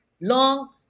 long